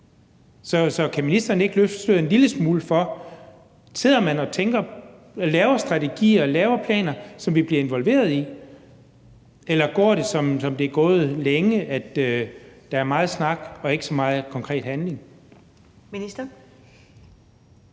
Så kan ministeren ikke løfte sløret en lille smule for, om man sidder og laver strategier og planer, som vi bliver involveret i, eller om det går, som det er gået længe, nemlig at der er meget snak og ikke så meget konkret handling? Kl.